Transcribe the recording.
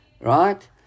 Right